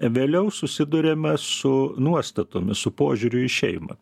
vėliau susiduriame su nuostatomis su požiūriu į šeimą